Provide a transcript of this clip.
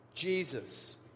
Jesus